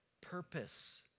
purpose